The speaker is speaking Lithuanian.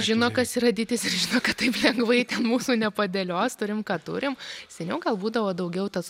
žino kas yra dytis ir žino kad taip lengvai mūsų nepadėlios turim ką turim seniau gal būdavo daugiau tas